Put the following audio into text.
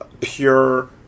pure